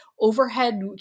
overhead